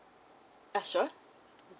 ah sure